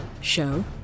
show